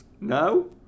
no